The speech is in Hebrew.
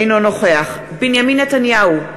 אינו נוכח בנימין נתניהו,